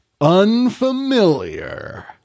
unfamiliar